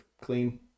clean